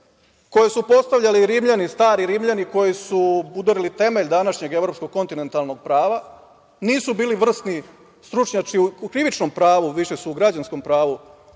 koje su postavljali stari Rimljani koji su udarili temelj današnjeg evropskog kontinentalnog prava, nisu bili vrsni stručnjaci u krivičnom pravu, više su u građanskom pravu